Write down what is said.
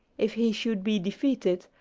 if he should be defeated,